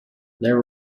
there